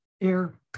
air